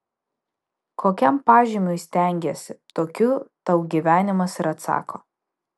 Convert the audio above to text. kokiam pažymiui stengiesi tokiu tau gyvenimas ir atsako